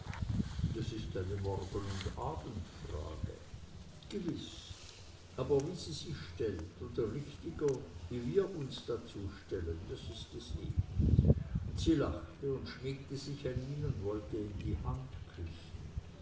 das ist eine morgen und abendfrage gewiß aber wie sie sich stellt oder richtiger wie wir uns dazu stellen das ist es eben und sie lachte und schmiegte sich an ihn und wollte ihm die hand küssen